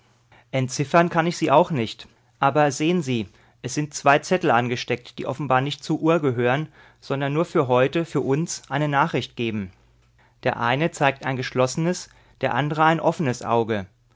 entziffern kann ich sie auch nicht aber sehen sie es sind zwei zettel angesteckt die offenbar nicht zur uhr gehören sondern nur für heute für uns eine nachricht geben der eine zeigt ein geschlossenes der andere ein offenes auge